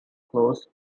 close